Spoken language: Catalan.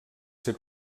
ser